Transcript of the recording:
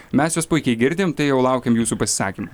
mes jus puikiai girdim tai jau laukiam jūsų pasisakymų